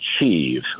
achieve